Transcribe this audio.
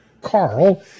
Carl